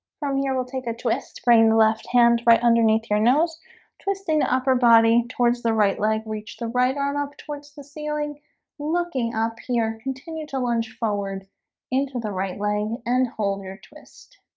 from here, we'll take a twist bring the left hand right underneath your nose twisting the upper body towards the right leg reach the right arm up towards the ceiling looking up here continue to lunge forward into the right leg and hold your twist